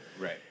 Right